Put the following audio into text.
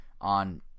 on